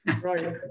Right